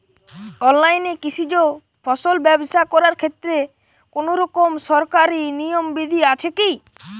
অনলাইনে কৃষিজ ফসল ব্যবসা করার ক্ষেত্রে কোনরকম সরকারি নিয়ম বিধি আছে কি?